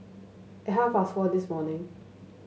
at half past four this morning